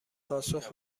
پاسخ